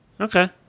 Okay